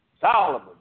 Solomon